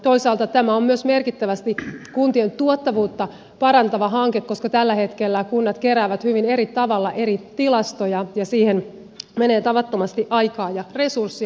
toisaalta tämä on myös merkittävästi kuntien tuottavuutta parantava hanke koska tällä hetkellä kunnat keräävät hyvin eri tavalla eri tilastoja ja siihen menee tavattomasti aikaa ja resursseja